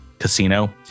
casino